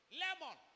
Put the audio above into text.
lemon